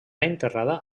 enterrada